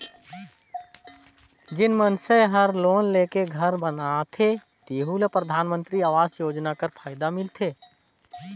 जेन मइनसे हर लोन लेके घर बनाथे तेहु ल परधानमंतरी आवास योजना कर फएदा मिलथे